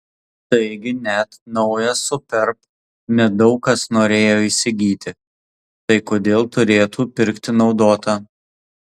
taigi net naują superb ne daug kas norėjo įsigyti tai kodėl turėtų pirkti naudotą